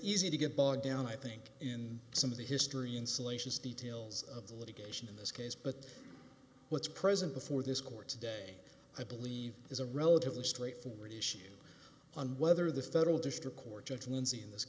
easy to get bogged down i think in some of the history and salacious details of the litigation in this case but what's present before this court today i believe is a relatively straightforward issue on whether the federal district court judge lindsey in this